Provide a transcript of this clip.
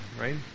right